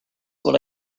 what